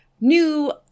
new